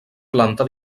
planta